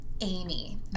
Amy